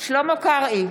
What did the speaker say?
שלמה קרעי,